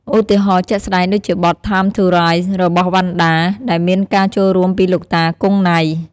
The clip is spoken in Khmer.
ឧទាហរណ៍ជាក់ស្តែងដូចជា បទ "ថាម ធូរ រ៉ៃ" របស់ វណ្ណដា ដែលមានការចូលរួមពីលោកតា គង់ ណៃ។